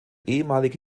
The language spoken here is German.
ehemalige